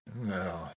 No